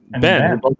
Ben